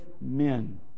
men